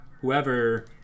whoever